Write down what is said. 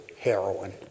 heroin